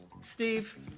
Steve